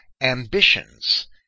ambitions